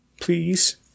please